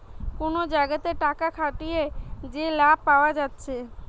কুনো জাগাতে টাকা খাটিয়ে যে লাভ পায়া যাচ্ছে